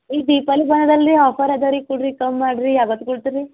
ಈಗ ದೀಪಾಲಿ ಬಂದದಲ್ಲ ರೀ ಆಫರ್ ಅದ ರೀ ಕುಡ್ರಿ ಕಮ್ ಮಾಡ್ರಿ ಯಾವತ್ತು ಕೊಡ್ತೀರ ರೀ